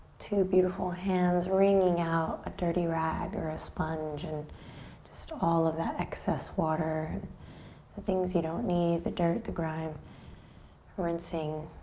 two beautiful hands wringing out a dirty rag or a sponge and just all of that excess water and the things you don't need, the dirt, the grime rinsing